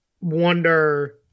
wonder